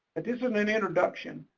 and is an an introduction.